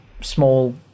small